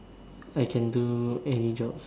I can do any jobs